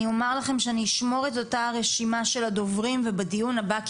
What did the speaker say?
אני אומר לכם שאני אשמור את אותה רשימה של הדוברים ובדיון הבא,